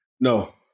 No